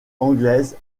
anglaise